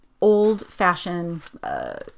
old-fashioned